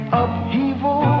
upheaval